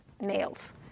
nails